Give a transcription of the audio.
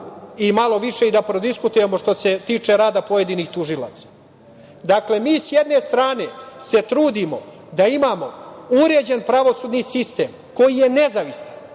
i malo više da prodiskutujemo što se tiče rada pojedinih tužilaca. Dakle, mi sa jedne strane se trudimo da imamo uređen pravosudni sistem koji je nezavistan.